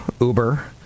Uber